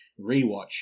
rewatch